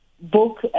Book